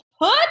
put